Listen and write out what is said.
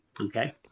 Okay